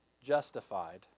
justified